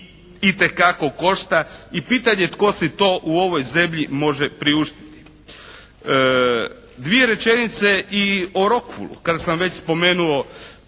i itekako košta i pitanje je tko si to u ovoj zemlji može priuštiti. Dvije rečenice i o rokulu, kada sam već spomenuo